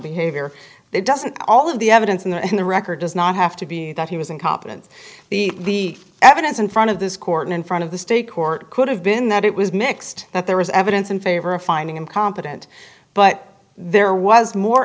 behavior that doesn't all of the evidence and the record does not have to be that he was incompetent the evidence in front of this court in front of the state court could have been that it was mixed that there was evidence in favor of finding him competent but there was more